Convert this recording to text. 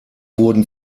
wurden